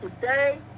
today